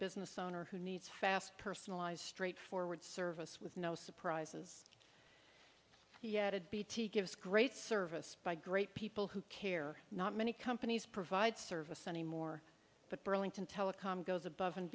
business owner who needs fast personalized straightforward service with no surprises he added bt gives great service by great people who care not many companies provide service anymore but burlington telecom goes above and